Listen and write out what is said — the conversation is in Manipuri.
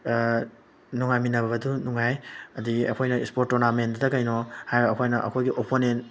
ꯅꯨꯡꯉꯥꯏꯃꯤꯟꯅꯕꯗꯨ ꯅꯨꯡꯉꯥꯏ ꯑꯗꯒꯤ ꯑꯩꯈꯣꯏꯅ ꯏꯁꯄꯣꯔꯠ ꯇꯣꯔꯅꯥꯃꯦꯟꯗ ꯀꯩꯅꯣ ꯍꯥꯏꯔ ꯑꯩꯈꯣꯏꯅ ꯑꯩꯈꯣꯏꯒꯤ ꯑꯣꯄꯣꯅꯦꯟ